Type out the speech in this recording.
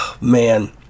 man